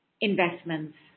investments